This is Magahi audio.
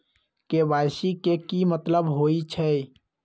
के.वाई.सी के कि मतलब होइछइ?